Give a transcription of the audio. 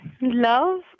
love